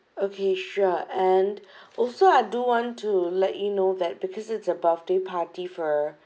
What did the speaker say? okay sure and also I do want to let you know that because it's a birthday party for